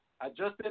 Adjusted